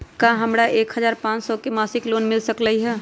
का हमरा के एक हजार पाँच सौ के मासिक लोन मिल सकलई ह?